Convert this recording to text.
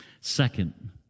Second